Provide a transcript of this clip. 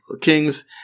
kings